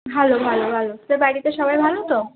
ভালো ভালো ভালো তোর বাড়িতে সবাই ভালো তো